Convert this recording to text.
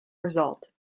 result